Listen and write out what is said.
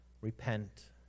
Repent